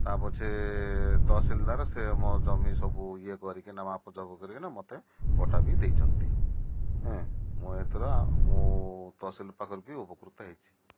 ତା'' ପଛେ ତହସିଲଦାର ସେ ମୋ ଜମି ସବୁ ଇଏ କରିକି ନ ମାପ ଯାପ କରିକିନା ମୋତେ ପଟ୍ଟା ବି ଦେଇଛନ୍ତି ମୁଁ ଏଥିର ମୁଁ ତହସିଲଦାର ପାଖରେ ବି ଉପକୃତ ହେଇଛି